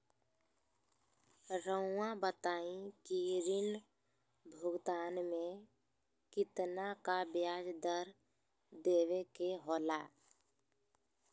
रहुआ बताइं कि ऋण भुगतान में कितना का ब्याज दर देवें के होला?